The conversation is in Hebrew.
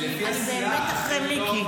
אני באמת אחרי מיקי.